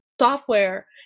Software